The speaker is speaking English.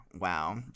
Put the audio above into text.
Wow